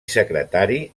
secretari